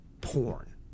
porn